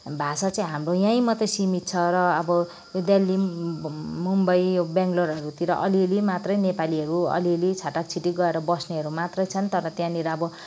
भाषा चाहिँ हाम्रो यहीँ मात्र सीमित छ र अब दिल्ली मुम्बई यो बेङ्गलोरहरूतिर अलिअलि मात्रै नेपालीहरू अलिअलि छटाक छिटिक गरेर बस्नेहरू मात्र छन् तर त्यहाँनिर अब